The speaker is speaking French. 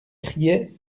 criait